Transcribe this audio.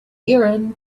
erin